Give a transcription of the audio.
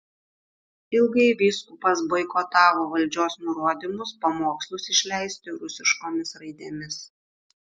ilgai vyskupas boikotavo valdžios nurodymus pamokslus išleisti rusiškomis raidėmis